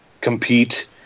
compete